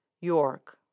York